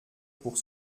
pour